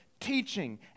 teaching